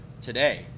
today